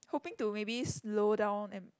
hoping to maybe slow down and